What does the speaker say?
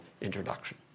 introduction